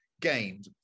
gained